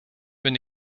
ben